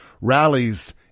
rallies